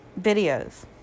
videos